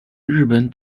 日本